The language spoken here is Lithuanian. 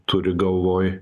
turi galvoj